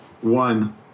one –